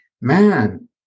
Man